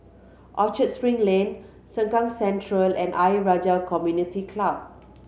Orchard Spring Lane Sengkang Central and Ayer Rajah Community Club